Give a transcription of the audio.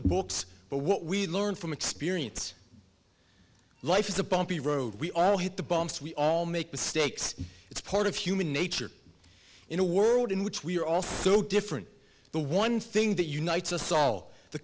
the books but what we learn from experience life is a bumpy road we all hit the bumps we all make mistakes it's part of human nature in a world in which we are all so different the one thing that unites us all the